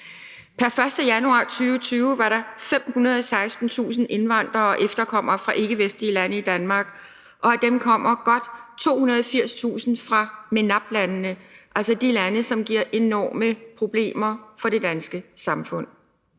Pr. 1. januar 2020 var der 516.000 indvandrere og efterkommere fra ikkevestlige lande i Danmark, og af dem kommer godt 280.000 fra MENAP-landene, altså de lande, som giver enorme problemer for det danske samfund.